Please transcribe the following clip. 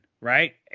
right